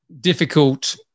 difficult